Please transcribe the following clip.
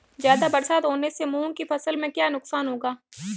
ज़्यादा बरसात होने से मूंग की फसल में क्या नुकसान होगा?